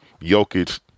Jokic